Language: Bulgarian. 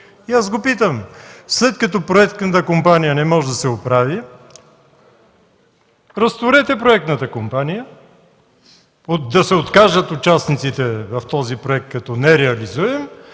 И аз го питам: след като проектната компания не може да се оправи, разтурете проектната компания, да се откажат участниците в този проект като нереализуем